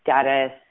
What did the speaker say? status